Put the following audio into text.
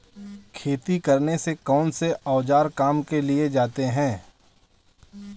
खेती करने में कौनसे औज़ार काम में लिए जाते हैं?